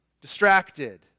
Distracted